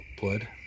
blood